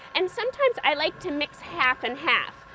and sometimes, i like to, mix half and half,